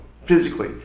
physically